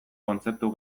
kontzeptu